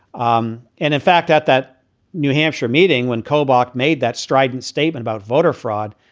um and in fact, at that new hampshire meeting when kobol made that. strident statement about voter fraud.